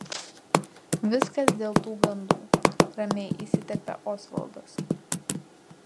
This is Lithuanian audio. viskas dėl tų gandų ramiai įsiterpia osvaldas